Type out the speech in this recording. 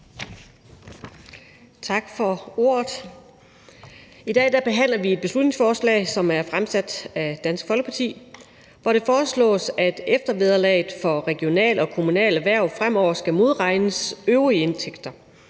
Tak for ordet. I dag behandler vi et beslutningsforslag, som er fremsat af Dansk Folkeparti, hvor det foreslås, at eftervederlaget for regionale og kommunale hverv fremover skal modregnes øvrige indtægter.